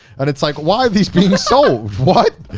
and it's like, why are these being sold? what?